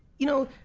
you know,